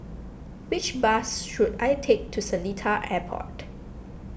which bus should I take to Seletar Airport